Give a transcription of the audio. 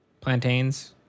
Plantains